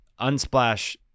unsplash